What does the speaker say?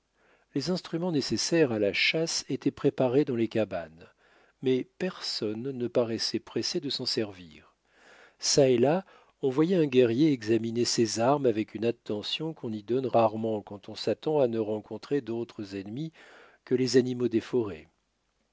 les instruments nécessaires à la chasse étaient préparés dans les cabanes mais personne ne paraissait pressé de s'en servir çà et là on voyait un guerrier examiner ses armes avec une attention qu'on y donne rarement quand on s'attend à ne rencontrer d'autres ennemis que les animaux des forêts